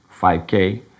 5k